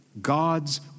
God's